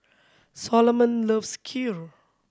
Solomon loves Kheer